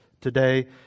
today